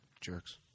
Jerks